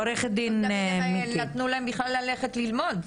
עורכת דין--- לא נתנו להם בכלל ללכת ללמוד.